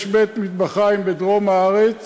יש בית-מטבחיים בדרום הארץ